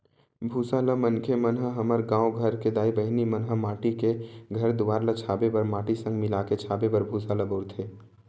भूसा ल मनखे मन ह हमर गाँव घर के दाई बहिनी मन ह माटी के घर दुवार ल छाबे बर माटी संग मिलाके छाबे बर भूसा ल बउरथे